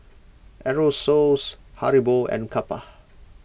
Aerosoles Haribo and Kappa